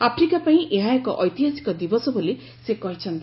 Africa ପାଇଁ ଏହା ଏକ ଐତିହାସିକ ଦିବସ ବୋଲି ସେ କହିଛନ୍ତି